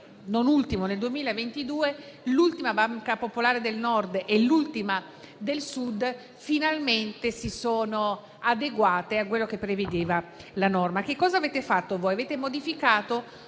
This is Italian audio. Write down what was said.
non ultimo nel 2022, l'ultima Banca popolare del Nord e l'ultima del Sud finalmente si sono adeguate a quello che prevedeva la norma. Che cosa avete fatto voi? Avete modificato